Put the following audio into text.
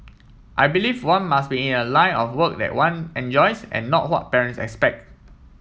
I believe one must be in a line of work that one enjoys and not what parents expect